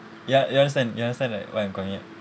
ya you understand you understand right what I'm going at